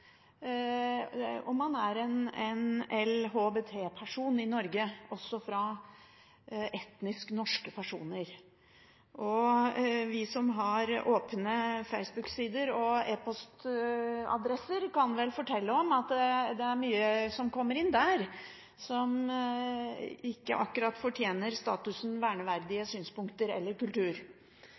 om man er en LHBT-person i Norge – også fra etnisk norske personer. Vi som har åpne Facebook-sider og e-postadresser, kan fortelle om at det er mye som kommer inn der som ikke akkurat fortjener statusen verneverdige synspunkter eller kultur.